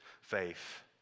faith